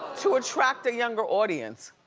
to attract a younger audience.